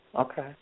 Okay